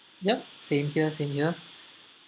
ya same here same here